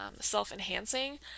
self-enhancing